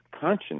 conscience